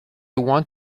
want